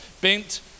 bent